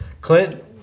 Clint